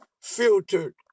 filtered